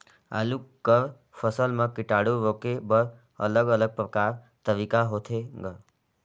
आलू कर फसल म कीटाणु रोके बर अलग अलग प्रकार तरीका होथे ग?